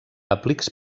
aplics